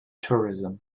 tourism